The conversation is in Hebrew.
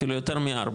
אפילו יותר מארבע,